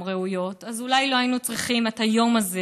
ראויות אז אולי לא היינו צריכים את היום הזה,